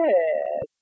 Yes